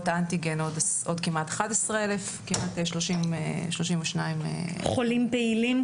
האנטיגן עוד כמעט 11,000. חולים פעילים,